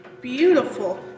Beautiful